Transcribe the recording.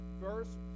verse